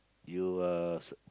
you uh